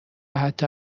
حتا